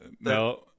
No